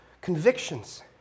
convictions